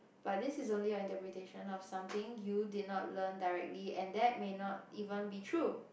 but this is only your interpretation of something you did not learn directly and that may not even be true